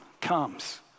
comes